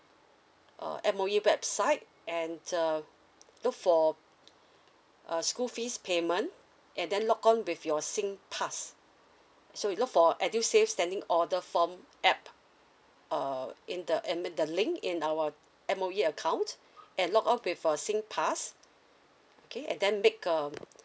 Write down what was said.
uh M_O_E website and uh look for uh school fees payment at then log on with your singpass so you look for edusave standing order form app uh in the em~ in the link in our M_O_E account and log on with your singpass okay and then make uh